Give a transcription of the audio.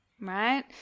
right